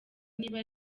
niba